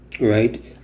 right